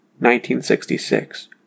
1966